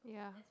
yeah